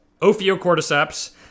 Ophiocordyceps